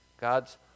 God's